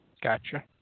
Gotcha